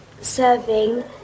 serving